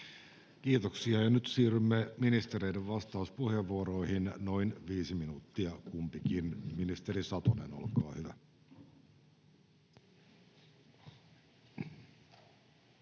Kiitoksia. — Ja nyt siirrymme ministereiden vastauspuheenvuoroihin, noin viisi minuuttia kumpikin. — Ministeri Satonen, olkaa hyvä.